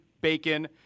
bacon